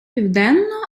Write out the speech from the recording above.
південно